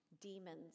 demons